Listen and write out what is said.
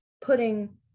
putting